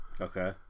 Okay